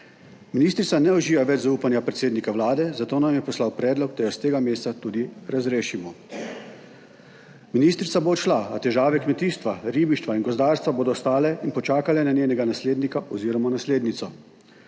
Ministrica ne uživa več zaupanja predsednika Vlade, zato nam je poslal predlog, da jo s tega mesta tudi razrešimo. Ministrica bo odšla, a težave kmetijstva, ribištva in gozdarstva bodo ostale in počakale na njenega naslednika oziroma naslednico.